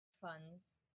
funds